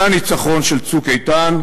זה הניצחון של "צוק איתן",